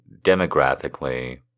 demographically